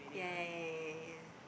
yeah yeah yeah yeah yeah yeah yeah